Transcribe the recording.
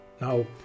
now